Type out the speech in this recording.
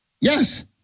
Yes